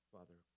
Father